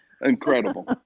Incredible